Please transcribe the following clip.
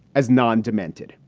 as non demented.